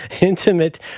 intimate